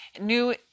New